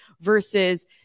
versus